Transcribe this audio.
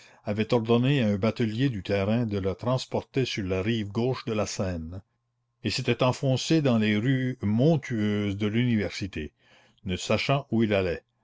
avait ordonné à un batelier du terrain de le transporter sur la rive gauche de la seine et s'était enfoncé dans les rues montueuses de l'université ne sachant où il allait